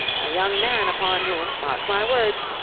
a young man upon whom, mark my words,